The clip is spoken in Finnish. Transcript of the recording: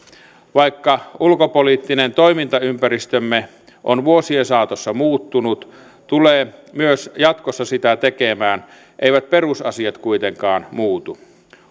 vaikka ulkopoliittinen toimintaympäristömme on vuosien saatossa muuttunut ja tulee myös jatkossa sitä tekemään eivät perusasiat kuitenkaan muutu